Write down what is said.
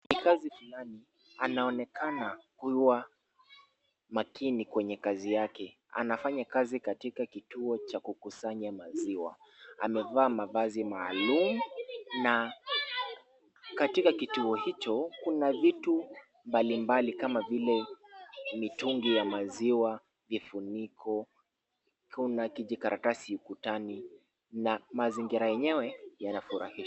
Kuna mfanyakazi fulani anaonekana kuwa makini kwenye kazi yake katika kituo cha kukusanya maziwa. Amevaa mavazi maalum na katika kituo hicho kuna vitu mbalimbali kama vile mitungi ya maziwa, vifuniko, kuna kijikaratasi ukutani na mazingira yenyewe yanafurahisha.